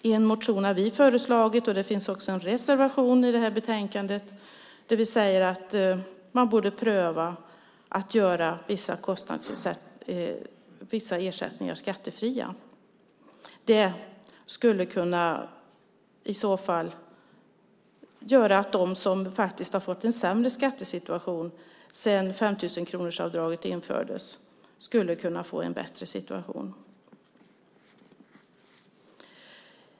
I en motion har vi föreslagit, och det finns också en reservation i betänkandet, att pröva att göra vissa ersättningar skattefria. Det skulle kunna göra att de som har fått en sämre skattesituation sedan 5 000-kronorsavdraget infördes skulle kunna få en bättre situation.